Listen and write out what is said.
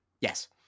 Yes